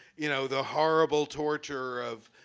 you know, the horrible torture of,